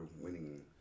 winning